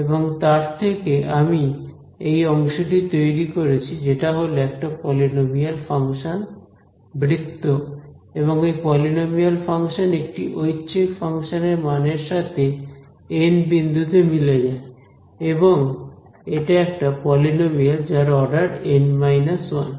এবং তার থেকে আমি এই অংশটি তৈরি করেছি যেটা হলো একটা পলিনোমিয়াল ফাংশন বৃত্ত এবং এই পলিনোমিয়াল ফাংশন একটি ঐচ্ছিক ফাংশন এর মানের সাথে N বিন্দুতে মিলে যায় এবং এটা একটা পলিনোমিয়াল যার অর্ডার N 1